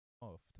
off